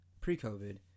pre-COVID